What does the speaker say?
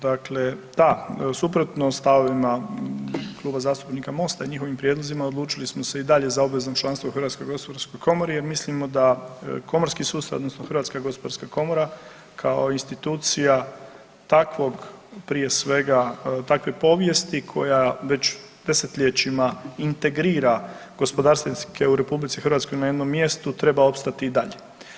Dakle, da suprotno stavovima Kluba zastupnika MOST-a i njihovim prijedlozima odlučili smo se i dalje za obvezno članstvo u HGK jer mislimo da komorski sustav odnosno HGK kao institucija takvog prije svega, takve povijesti koja već desetljećima integrira gospodarstvenike u RH na jednom mjestu treba opstati i dalje.